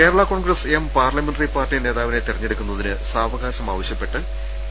Kerala Congress M parliamentary party നേതാവിനെ തെര ഞ്ഞെടുക്കുന്നതിന് സാവകാശം ആവശ്യപ്പെട്ട് പി